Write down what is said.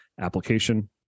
application